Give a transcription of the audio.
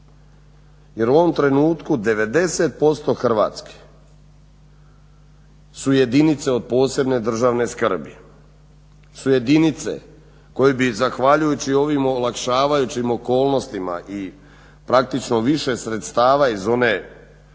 jer u ovom trenutku 90% Hrvatske su jedinice od posebne državne skrbi, su jedinice koje bi zahvaljujući ovim olakšavajućim okolnostima i praktično više sredstava iz one